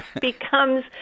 becomes